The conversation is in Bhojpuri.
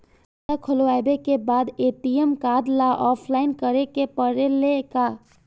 खाता खोलबाबे के बाद ए.टी.एम कार्ड ला अपलाई करे के पड़ेले का?